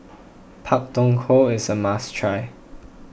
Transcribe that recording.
Pak Thong Ko is a must try